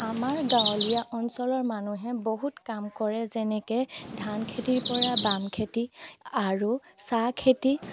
আমাৰ গাঁৱলীয়া অঞ্চলৰ মানুহে বহুত কাম কৰে যেনেকৈ ধান খেতিৰপৰা বাম খেতি আৰু চাহ খেতি